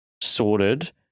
sorted